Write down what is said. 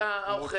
הוא צודק.